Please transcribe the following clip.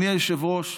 אדוני היושב-ראש,